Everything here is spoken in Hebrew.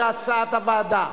הצעת הוועדה.